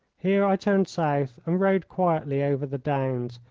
here i turned south and rode quietly over the downs,